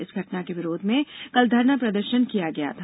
इस घटना के विरोध में कल धरना प्रदर्षन किया गया था